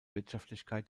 wirtschaftlichkeit